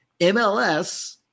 MLS